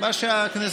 74 בעד,